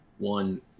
One